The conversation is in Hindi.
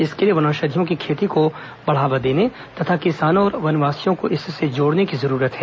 इसके लिए वनौषधियों की खेती को बढ़ावा देने तथा किसानों और वनवासियों को इससे जोड़ने की जरुरत है